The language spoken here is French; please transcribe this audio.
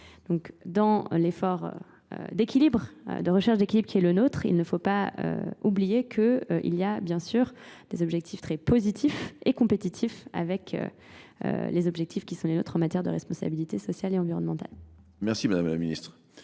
Dans l'effort d'équilibre, de recherche d'équilibre qui est le nôtre, il ne faut pas oublier qu'il y a bien sûr des objectifs très positifs et compétitifs avec les objectifs qui sont les nôtres en matière de responsabilité sociale et environnementale. Merci Madame la Ministre.